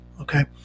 Okay